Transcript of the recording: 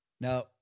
Now